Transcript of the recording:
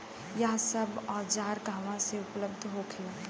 यह सब औजार कहवा से उपलब्ध होखेला?